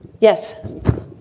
Yes